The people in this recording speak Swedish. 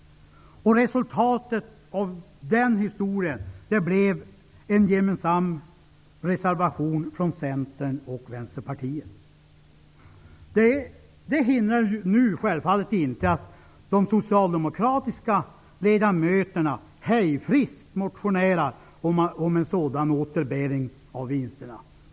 Resultatet av den historien blev en gemensam reservation från Centern och Vänsterpartiet. Detta hindrar självfallet inte att de socialdemokratiska ledamöterna hejfriskt motionerar om en sådan återbäring av vinsterna.